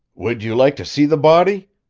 would you like to see the body?